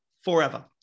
forever